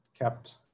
kept